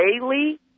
daily